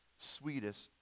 sweetest